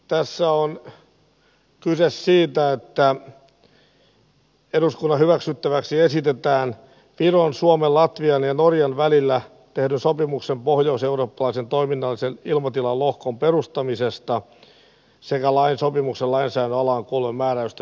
tässä on kyse siitä että eduskunta hyväksyisi viron suomen latvian ja norjan välillä tehdyn sopimuksen pohjoiseurooppalaisen toiminnallisen ilmatilan lohkon perustamisesta sekä lain sopimuksen lainsäädännön alaan kuuluvien määräysten voimaansaattamisesta